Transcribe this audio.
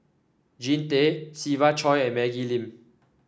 Jean Tay Siva Choy and Maggie Lim